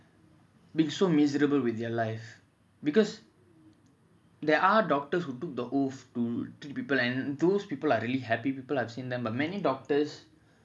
but so miserable with their life because there are doctors who took the oath to cure people and those people are really happy people I've seen them but many doctors